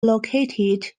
located